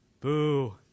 Boo